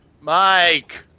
Mike